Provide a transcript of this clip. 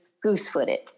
goose-footed